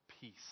peace